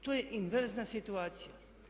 To je inverzna situacija.